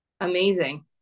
amazing